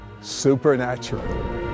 Supernatural